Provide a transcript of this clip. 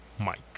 Mike